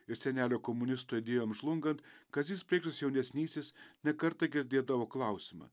ir senelio komunisto idėjoms žlungant kazys preikšas jaunesnysis ne kartą girdėdavo klausimą